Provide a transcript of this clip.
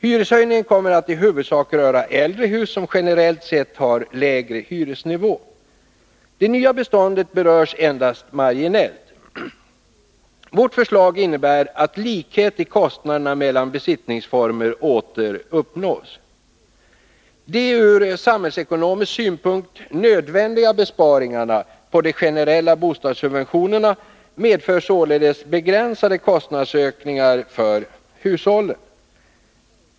Hyreshöjningen kommer att i huvudsak röra äldre hus som generellt sett har lägre hyresnivå. Det nya beståndet berörs endast marginellt. Vårt förslag innebär att likhet i kostnaderna mellan besittningsformerna åter uppnås. De ur samhällsekonomisk synpunkt nödvändiga besparingarna på de generella bostadssubventionerna medför således begränsade kostnadsökningar för hushållen.